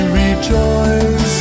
rejoice